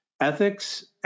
Ethics